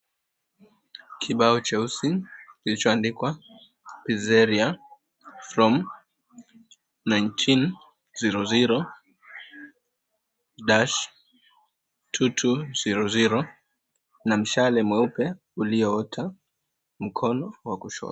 Kibao cheusi kilichoandikwa, Pizzeria from 19:00-22:00 na mshale mweupe uli𝑜ota mkono wa kushoto.